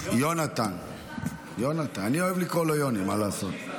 אני אוהב לקרוא לו יוני, מה לעשות.